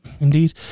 indeed